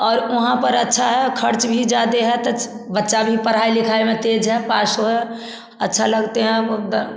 और वहाँ पर अच्छा है खर्च भी जाते हैं तो बच्चा भी पढ़ाई लिखाई में तेज़ है पास वह अच्छा लगते हैं